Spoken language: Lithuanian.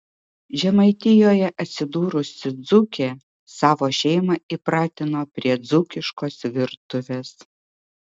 žemaitijoje atsidūrusi dzūkė savo šeimą įpratino prie dzūkiškos virtuvės